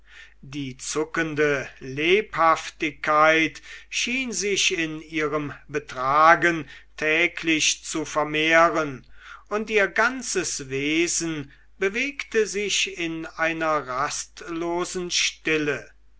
die zuckende lebhaftigkeit schien sich in ihrem betragen täglich zu vermehren und ihr ganzes wesen bewegte sich in einer rastlosen stille